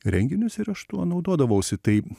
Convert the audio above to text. renginius ir aš tuo naudodavausi tai